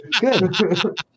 Good